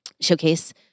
showcase